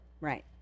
Right